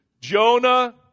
Jonah